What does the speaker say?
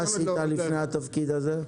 מה עשית לפני התפקיד הזה?